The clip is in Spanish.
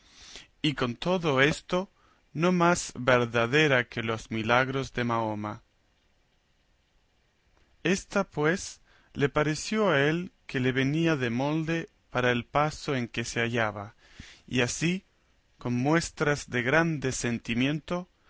y con todo esto no más verdadera que los milagros de mahoma ésta pues le pareció a él que le venía de molde para el paso en que se hallaba y así con muestras de grande sentimiento